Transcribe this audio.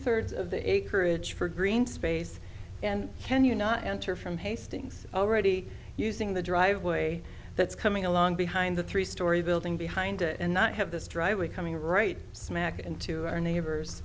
thirds of the acreage for green space and can you not enter from hastings already using the driveway that's coming along behind the three story building behind it and not have this driveway coming right smack into our neighbors